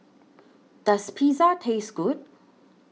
Does Pizza Taste Good